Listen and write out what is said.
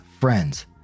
friends